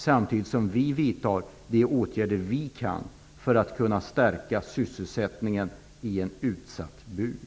Samtidigt skall vi vidta de åtgärder vi kan vidta för att stärka sysselsättningen i en utsatt bygd.